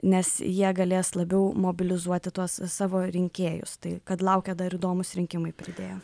nes jie galės labiau mobilizuoti tuos savo rinkėjus tai kad laukia dar įdomūs rinkimai pridėjo